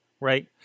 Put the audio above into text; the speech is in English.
right